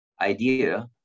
idea